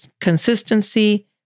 consistency